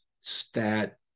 stat